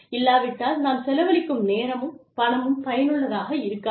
இல்லாவிட்டால் நாம் செலவழிக்கும் நேரமும் பணமும் பயனுள்ளதாக இருக்காது